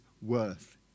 Worth